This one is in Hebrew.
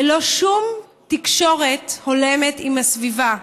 ללא שום תקשורת הולמת עם הסביבה.